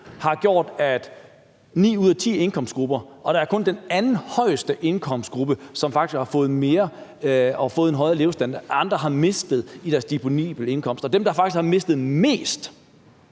har gjort, at ni ud af ti indkomstgrupper – og det er kun den anden højeste indkomstgruppe, der faktisk har fået mere og har fået en højere levestandard – nu har en mindre disponibel indkomst? Dem, der faktisk med den